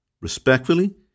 respectfully